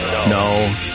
No